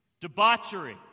Debauchery